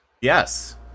Yes